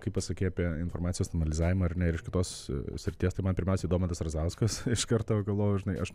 kai pasakei apie informacijos analizavimą ar ne ir iš kitos srities tai man pirmiausiai domantas razauskas iš karto galvoju žinai aš